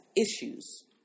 issues